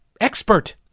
expert